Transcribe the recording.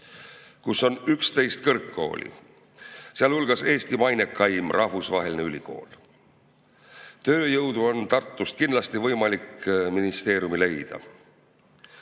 kus on 11 kõrgkooli, sealhulgas Eesti mainekaim rahvusvaheline ülikool. Tööjõudu on Tartust kindlasti võimalik ministeeriumi leida.